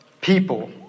people